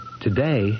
today